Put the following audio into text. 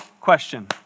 question